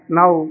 now